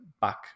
back